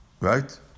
Right